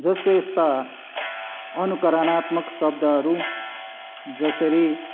जस्तो यस्ता अनुकरणात्मक शब्दहरू जसरी